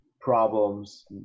problems